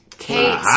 Kate